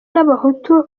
n’abahutu